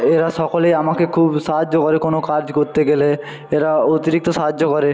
এরা সকলেই আমাকে খুব সাহায্য করে কোনো কাজ করতে গেলে এরা অতিরিক্ত সাহায্য করে